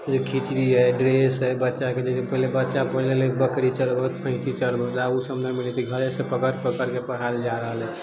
खिचड़ी है ड्रेस है बच्चाके पहिले बच्चा बकरी चरबै जाइ भैंसी चरबै जाइ आब उ सब नहि मिलै छै घरेसँ पकड़ि पकड़िके पढ़ायल जा रहल अय